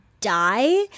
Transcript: die